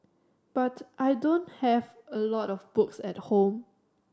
but I don't have a lot of books at home